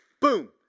boom